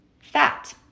Fat